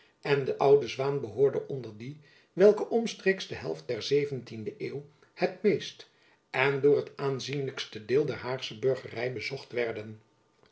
en de oude zwaen behoorde onder die welke omstreeks de helft der zeventiende eeuw het meest en door het aanzienlijkste deel der haagsche burgery bezocht werden